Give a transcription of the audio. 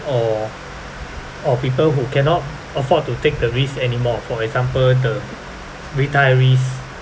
or or people who cannot afford to take the risk anymore for example the retirees